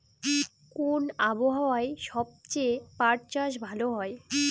কোন আবহাওয়ায় সবচেয়ে পাট চাষ ভালো হয়?